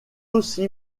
aussi